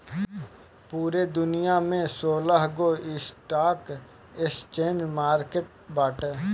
पूरा दुनिया में सोलहगो स्टॉक एक्सचेंज मार्किट बाटे